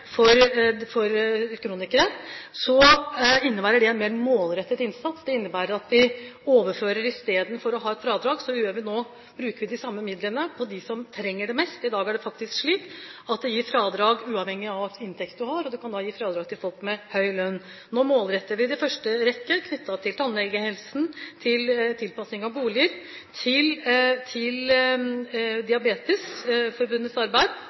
for kronikere, innebærer en mer målrettet innsats. Det innebærer at vi i stedet for å ha et fradrag overfører de midlene til dem som trenger det mest. I dag er det faktisk slik at det gir fradrag, uavhengig av hvilken inntekt du har, og det kan da gi fradrag til folk med høy lønn. Nå målretter vi i første rekke det som er knyttet til tannhelsen, tilpassing av boliger, Diabetesforbundets arbeid og ikke minst bilstønaden for gruppe 2-bil. På samme måte øker vi nå tilskuddet til